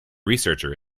researcher